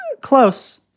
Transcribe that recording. Close